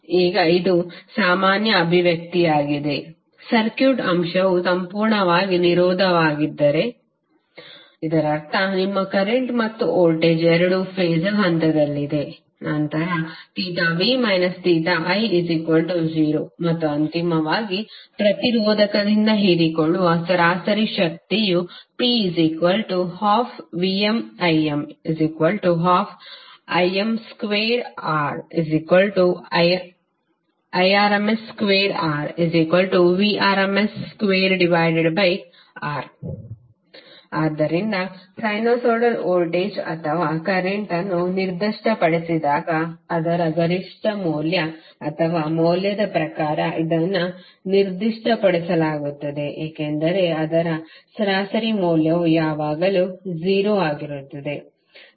ಈಗ ಇದು ಸಾಮಾನ್ಯ ಅಭಿವ್ಯಕ್ತಿಯಾಗಿದೆ ಸರ್ಕ್ಯೂಟ್ ಅಂಶವು ಸಂಪೂರ್ಣವಾಗಿ ನಿರೋಧಕವಾಗಿದ್ದರೆ ಇದರರ್ಥ ನಿಮ್ಮ ಕರೆಂಟ್ ಮತ್ತು ವೋಲ್ಟೇಜ್ ಎರಡೂ ಫಾಸರ್ ಹಂತದಲ್ಲಿದೆ ನಂತರ v i0 ಮತ್ತು ಅಂತಿಮವಾಗಿ ಪ್ರತಿರೋಧಕದಿಂದ ಹೀರಿಕೊಳ್ಳುವ ಸರಾಸರಿ ಶಕ್ತಿಯು P12VmIm12Im2RIrms2RVrms2R ಆದ್ದರಿಂದ ಸೈನುಸೈಡಲ್ ವೋಲ್ಟೇಜ್ ಅಥವಾ ಕರೆಂಟ್ ವನ್ನು ನಿರ್ದಿಷ್ಟಪಡಿಸಿದಾಗ ಅದರ ಗರಿಷ್ಠ ಮೌಲ್ಯ ಅಥವಾ rms ಮೌಲ್ಯದ ಪ್ರಕಾರ ಇದನ್ನು ನಿರ್ದಿಷ್ಟಪಡಿಸಲಾಗುತ್ತದೆ ಏಕೆಂದರೆ ಅದರ ಸರಾಸರಿ ಮೌಲ್ಯವು ಯಾವಾಗಲೂ 0 ಆಗಿರುತ್ತದೆ